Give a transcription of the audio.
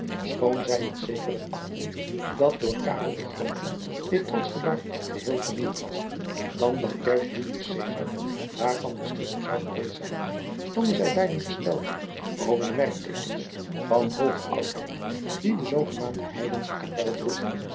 choon zij het zekerder achtten dat door den grooten dit trotsch gebouw geheel vernieuwd was dan dat juist daarvan de stichter zou geweest zijn stonden zij beiden versteld over de merkteekens van hooge oudheid die de zoogenaamde eidensche kapel droeg